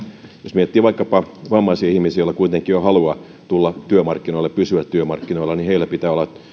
jos miettii vaikkapa vammaisia ihmisiä joilla kuitenkin on halua tulla työmarkkinoille pysyä työmarkkinoilla niin heille pitää olla